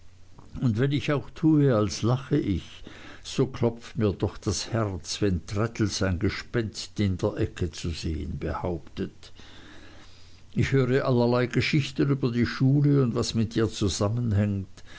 und wenn ich auch tue als lache ich so klopft mir doch das herz wenn traddles ein gespenst in der ecke zu sehen behauptet ich höre allerlei geschichten über die schule und was mit ihr zusammenhängt